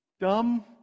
dumb